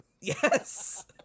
Yes